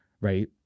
right